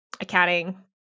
Accounting